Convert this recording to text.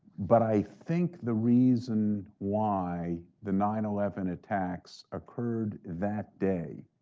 but i think the reason and why the nine eleven attacks occurred that day